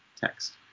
text